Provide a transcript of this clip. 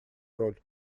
роль